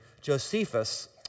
Josephus